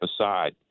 aside